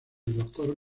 doctor